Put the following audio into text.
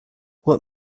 what